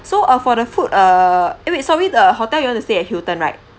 so uh for the food err eh wait sorry the hotel you want to stay at hilton right